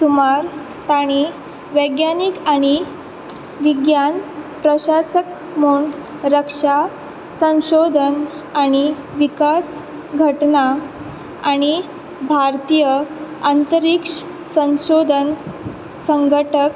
सुमार तांणी वैज्ञानीक आनी विज्ञान प्रशासक म्हूण रक्षा संशोदन आनी विकास घटना आनी भारतीय आंतरिक्ष संशोदन संघटक